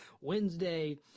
Wednesday